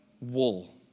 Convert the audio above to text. wool